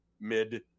mid